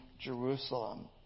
Jerusalem